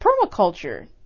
permaculture